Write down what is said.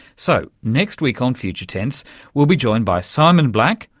so next week on future tense we'll be joined by simon black,